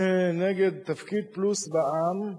נגד "תפקיד פלוס בע"מ".